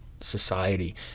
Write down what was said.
society